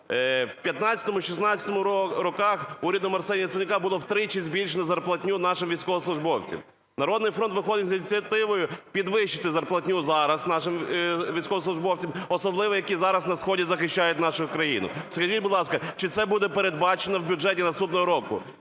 в 2015-2016 роках урядом Арсенія Яценюка було втричі збільшено зарплатню нашим військовослужбовцям. "Народний фронт" виходить з ініціативою підвищити зарплатню зараз нашим військовослужбовцям, особливо які зараз на Сході захищають нашу країну. Скажіть, будь ласка, чи це буде передбачено в бюджеті наступного року